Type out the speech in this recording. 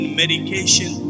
medication